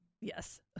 Yes